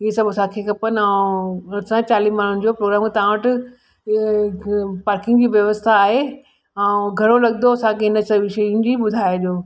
इहे सभु असांखे खपनि ऐं असां चालीह माण्हुनि जो पूरे तव्हां वटि पार्किंग जी व्यवस्था आहे ऐं घणो लॻंदो असांखे इन सभु शयुनि जी ॿुधाइजो